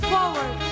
Forward